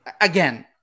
again